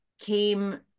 came